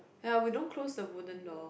ya we don't close the wooden door